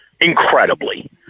Incredibly